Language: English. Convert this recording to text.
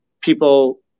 people